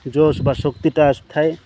ଜୋଷ୍ ବା ଶକ୍ତିଟା ଆସିଥାଏ